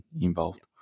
involved